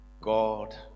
God